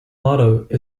motto